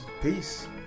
Peace